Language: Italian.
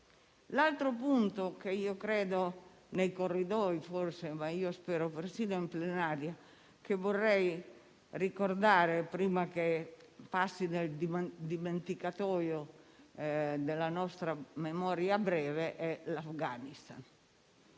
L'altro punto, che nei corridoi, ma io spero persino in plenaria, vorrei ricordare, prima che passi nel dimenticatoio della nostra memoria breve, è l'Afghanistan.